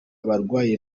abarwaye